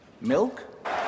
milk